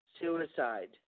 suicide